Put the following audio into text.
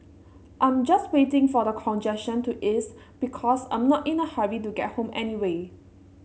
I'm just waiting for the congestion to ease because I'm not in a hurry to get home anyway